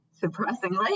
surprisingly